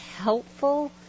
helpful